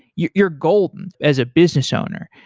you're you're goal and as a business owner.